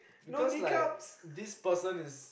because like this person is